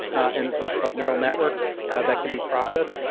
and it's called neural networks that can be processed.